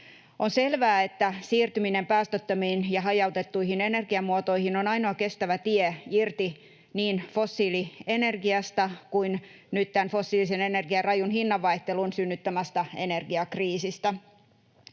On selvää, että siirtyminen päästöttömiin ja hajautettuihin energiamuotoihin on ainoa kestävä tie irti niin fossiilienergiasta kuin nyt tämän fossiilisen energian rajun hinnanvaihtelun synnyttämästä energiakriisistä.